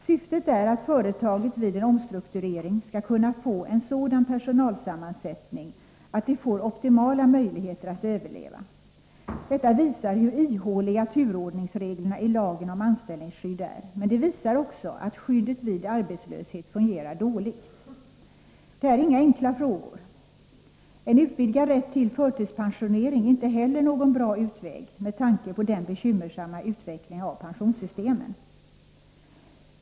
Syftet är att företaget vid en omstrukturering skall kunna få en sådan personalsammansättning att det får optimala möjligheter att överleva. Detta visar hur ihåliga turordningsreglerna i lagen om anställningsskydd är. Men det visar också att skyddet vid arbetslöshet fungerar dåligt. Detta är inga enkla frågor. En utvidgad rätt till förtidspensionering är inte heller någon bra utväg med tanke på den bekymmersamma utvecklingen av pensionssystemen.